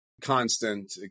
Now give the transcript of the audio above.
constant